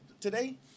today